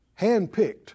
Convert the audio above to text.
handpicked